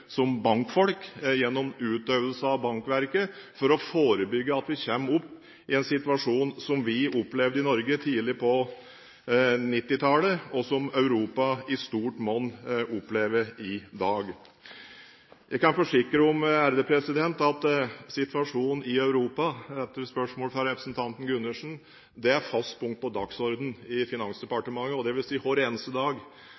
som bankfolk gjør, gjennom utøvelse av bankverket for å forebygge at vi kommer opp i en situasjon som vi opplevde i Norge tidlig på 1990-tallet, og som Europa i stort monn opplever i dag. Jeg kan forsikre om at situasjonen i Europa, etter spørsmål fra representanten Gundersen, er fast punkt på dagsordenen i